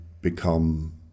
become